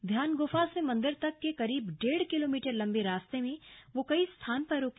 ध्यान गुफा से मंदिर तक के करीब डेढ़ किलोमीटर लम्बे रास्ते में वह कई स्थान पर रुके